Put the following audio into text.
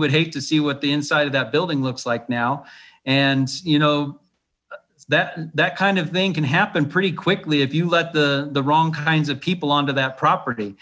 would hate to see what the inside of that building looks like now and you know that that kind of thing can happen pretty quickly if you let the wrong kinds of people onto that property